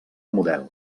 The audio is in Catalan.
model